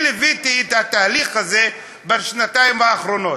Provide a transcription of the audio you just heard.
אני ליוויתי את התהליך הזה בשנתיים האחרונות.